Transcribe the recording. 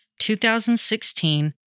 2016